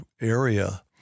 area